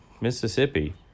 mississippi